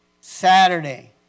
Saturday